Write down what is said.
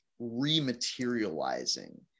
rematerializing